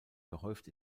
gehäuft